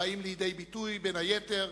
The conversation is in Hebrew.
הבאים לידי ביטוי, בין היתר,